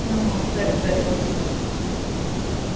ಹ್ಞೂ ಹ್ಞೂ ಸರಿ ಸರಿ ಓಕೆ ಸರ್ ಹ್ಞೂ